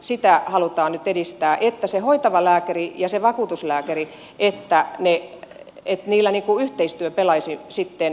sitä halutaan nyt edistää että sillä hoitavalla lääkärillä ja sillä vakuutuslääkärillä yhteistyö pelaisi sitten tulevaisuudessa